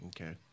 Okay